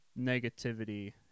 negativity